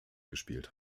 gespielt